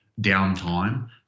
downtime